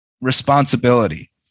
responsibility